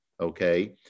okay